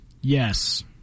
Yes